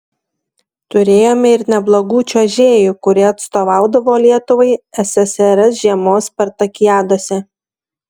turėjome ir neblogų čiuožėjų kurie atstovaudavo lietuvai ssrs žiemos spartakiadose